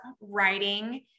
writing